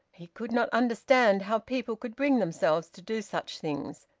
he could not understand how people could bring themselves to do such things,